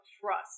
trust